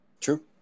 true